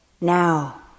Now